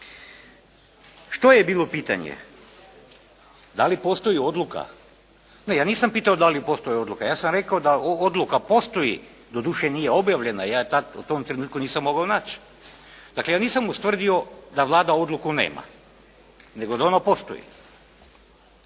Što je bilo pitanje? Da li postoji odluka? Ne. Ja nisam pitao da li postoji odluka. Ja sam rekao da odluka postoji. Doduše nije objavljena. Ja tad, u tom trenutku nisam mogao naći. Dakle ja nisam ustvrdio da Vlada odluku nema. Nego da ona postoji.